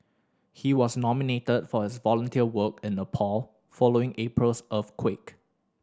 he was nominated for his volunteer work in Nepal following April's earthquake